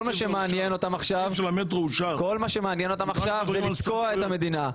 מה שמעניין אותם עכשיו זה לתקוע את המדינה.